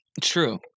True